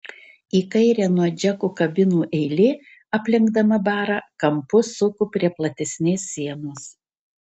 į kairę nuo džeko kabinų eilė aplenkdama barą kampu suko prie platesnės sienos